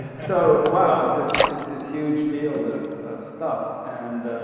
so wow, it's this it's this huge field of stuff and